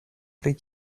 pri